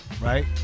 Right